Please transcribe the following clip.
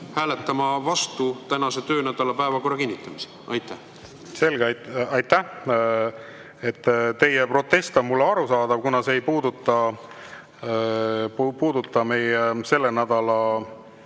hääletama vastu selle töönädala päevakorra kinnitamisele. Selge, aitäh! Teie protest on mulle arusaadav. Kuna see ei puuduta selle töönädala